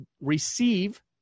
receive